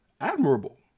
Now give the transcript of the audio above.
admirable